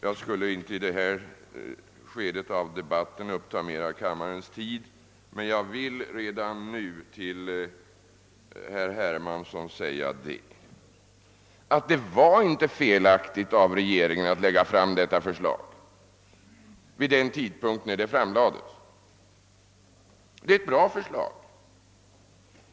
Jag skall inte i detta skede av debatten uppta mera av kammarens tid, men jag vill redan nu säga till herr Hermansson, att det var inte felaktigt av regeringen att lägga fram detta förslag vid den tidpunkt när det framlades. Det är ett bra förslag.